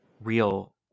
real